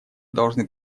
должны